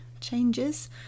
changes